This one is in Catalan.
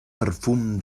perfum